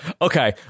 Okay